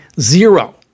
Zero